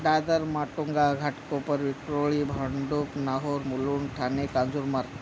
Dadar Matunga Ghatkopar Vikhroli Bhandup Nahur Mulund Thane Kanjurmarg